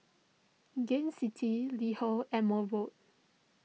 Gain City LiHo and Mobot